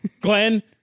Glenn